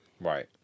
Right